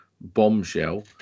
bombshell